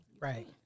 Right